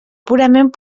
purament